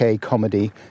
comedy